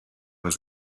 was